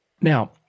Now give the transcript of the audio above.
Now